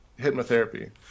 hypnotherapy